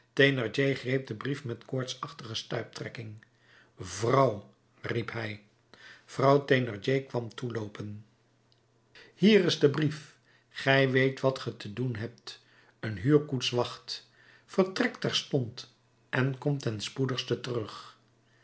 den brief met koortsachtige stuiptrekking vrouw riep hij vrouw thénardier kwam toeloopen hier is de brief gij weet wat ge te doen hebt een huurkoets wacht vertrek terstond en kom ten spoedigste terug